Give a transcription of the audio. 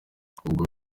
ubwo